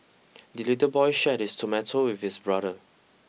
the little boy shared his tomato with his brother